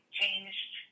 changed